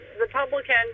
Republican